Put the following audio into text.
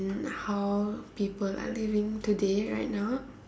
in how people are living today right now